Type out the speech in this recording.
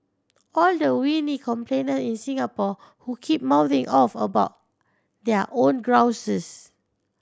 all the whiny complainer in Singapore who keep mouthing off about their own grouses